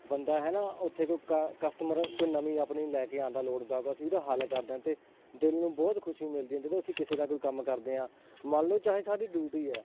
ਬੰਦਾ ਹੈ ਨਾ ਉੱਥੇ ਕੋਈ ਕ ਕਸਟਮਰ ਕੋਈ ਨਵੀਂ ਆਪਣੀ ਲੈ ਕੇ ਆਉਂਦਾ ਲੋੜ ਮੁਤਾਬਿਕ ਅਸੀਂ ਉਹਦਾ ਹੱਲ ਕਰਦੇ ਹਾਂ ਅਤੇ ਦਿਲ ਨੂੰ ਬਹੁਤ ਖੁਸ਼ੀ ਮਿਲਦੀ ਜਦੋਂ ਅਸੀਂ ਕਿਸੇ ਦਾ ਕੋਈ ਕੰਮ ਕਰਦੇ ਹਾਂ ਮੰਨ ਲਓ ਚਾਹੇ ਸਾਡੀ ਡਿਊਟੀ ਹੈ